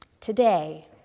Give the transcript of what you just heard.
Today